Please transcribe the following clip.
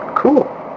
Cool